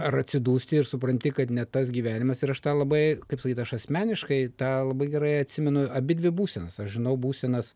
ar atsidūsti ir supranti kad ne tas gyvenimas ir aš tą labai kaip sakyt aš asmeniškai tą labai gerai atsimenu abidvi būsenas aš žinau būsenas